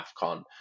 AFCON